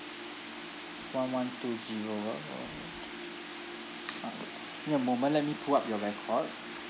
one one two zero ah orh okay all right give me a moment let me pull up your records